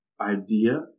idea